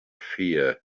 fear